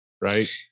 Right